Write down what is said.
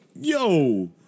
Yo